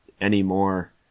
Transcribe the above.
anymore